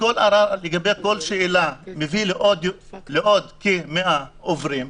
ולגבי כל שאלה, זה מביא לעוד כ-100 עוברים.